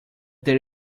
there